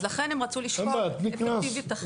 אז לכן הם רצו לשקול אפקטיביות אחרת.